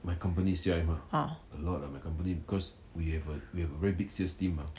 ah